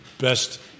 best